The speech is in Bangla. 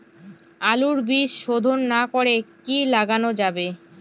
আলুর বীজ শোধন না করে কি লাগানো যাবে?